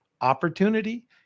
opportunity